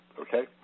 okay